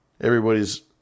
everybody's